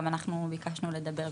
גם אנחנו ביקשנו לדבר.